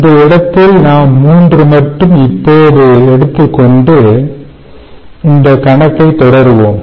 இந்த இடத்தில் நாம் 3 மட்டும் இப்போது எடுத்துக்கொண்டு இந்தக் கணக்கை தொடருவோம்